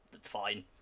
fine